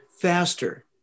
faster